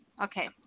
Okay